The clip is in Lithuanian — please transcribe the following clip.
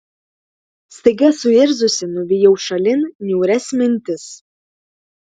staiga suirzusi nuvijau šalin niūrias mintis